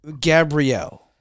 Gabrielle